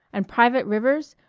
and private rivers.